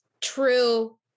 true